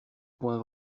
point